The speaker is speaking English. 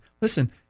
Listen